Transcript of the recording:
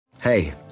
hey